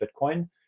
Bitcoin